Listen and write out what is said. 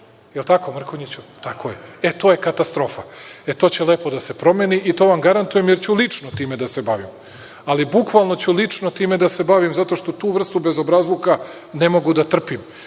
li je tako Mrkonjiću? Tako je. E, to je katastrofa. E, to će lepo da se promeni i to vam garantujem, jer ću lično time da se bavim, ali bukvalno ću lično time da se bavim zato što tu vrstu bezobrazluka ne mogu da trpim.